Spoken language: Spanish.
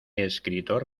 escritor